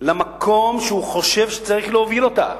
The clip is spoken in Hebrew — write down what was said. למקום שהוא חושב שצריך להוביל אותה,